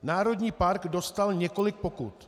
Národní park dostal několik pokut.